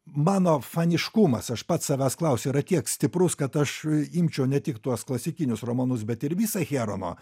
mano faniškumas aš pats savęs klausiau yra tiek stiprus kad aš imčiau ne tik tuos klasikinius romanus bet ir visą herono